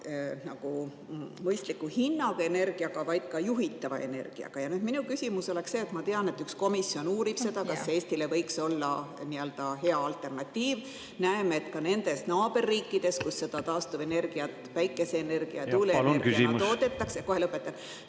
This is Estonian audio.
nagu mõistliku hinnaga energiaga, vaid ka juhitava energiaga. Minu küsimus on see. Ma tean, et üks komisjon uurib seda, kas Eestile võiks see olla hea alternatiiv. Näeme, et nendes naaberriikides, kus taastuvenergiat, päikeseenergiat, tuuleenergiat toodetakse .... Palun küsimust!